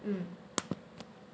mm